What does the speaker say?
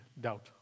doubt